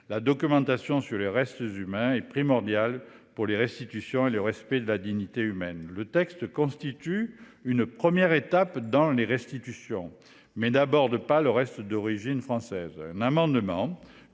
La documentation sur les restes humains est primordiale pour les restitutions et pour le respect de la dignité humaine. Ce texte constitue une première étape pour les restitutions, mais n'aborde pas les restes d'origine française. Un amendement